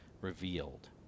revealed